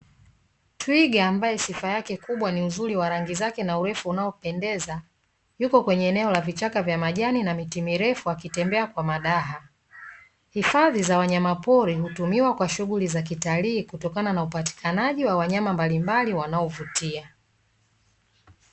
Twiga ambaye sifa yake kubwa ni uzuri wa rangi zake na urefu unaopendeza, yuko kwenye eneo la vichaka vya majani na miti mirefu wakitembea kwa madaha hifadhi za wanyamapori hutumiwa kwa shughuli za kitalii kutokana na upatikanaji wa wanyama mbalimbali wanaovutia.